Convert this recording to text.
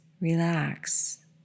relax